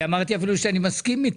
אני אפילו אמרתי שאני מסכים איתך.